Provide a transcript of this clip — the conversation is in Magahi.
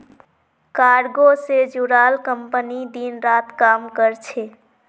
कार्गो से जुड़ाल कंपनी दिन रात काम कर छे